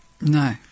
No